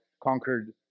conquered